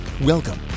Welcome